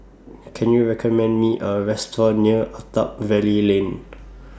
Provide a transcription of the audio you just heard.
Can YOU recommend Me A Restaurant near Attap Valley Lane